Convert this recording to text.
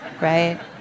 right